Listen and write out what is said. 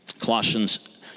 Colossians